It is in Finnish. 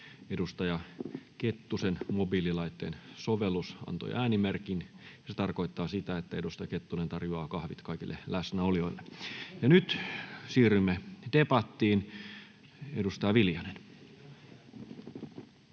edustaja Kettusen mobiililaitteen sovellus antoi äänimerkin, ja se tarkoittaa sitä, että edustaja Kettunen tarjoaa kahvit kaikille läsnäolijoille. — Ja nyt siirrymme debattiin. — Edustaja Viljanen.